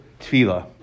tefillah